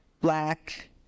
black